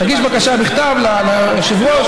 תגיש בקשה בכתב ליושב-ראש,